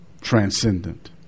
transcendent